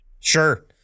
Sure